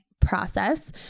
process